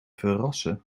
verrassen